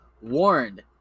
warned